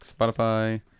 Spotify